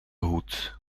hoed